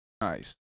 nice